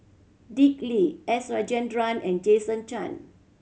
Dick Lee S Rajendran and Jason Chan